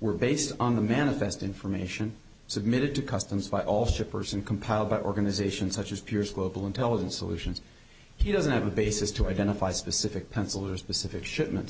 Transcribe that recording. were based on the manifest information submitted to customs by all shippers and compiled by organizations such as pierce global intelligence solutions he doesn't have a basis to identify specific pencil or specific shipments